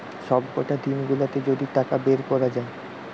সবকটা দিন গুলাতে যদি টাকা বের কোরা যায়